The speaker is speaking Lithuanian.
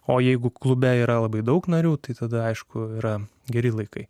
o jeigu klube yra labai daug narių tai tada aišku yra geri laikai